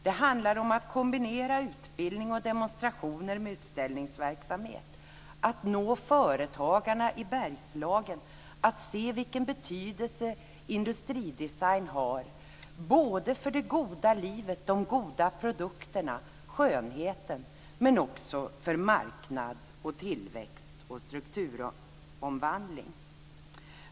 Det handlar om att kombinera utbildning och demonstrationer med utställningsverksamhet, att nå företagarna i Bergslagen, att se vilken betydelse industridesign har både för det goda livet, de goda produkterna, skönheten, och för marknad, tillväxt och strukturomvandling.